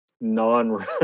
non